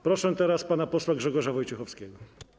Proszę pana posła Grzegorza Wojciechowskiego.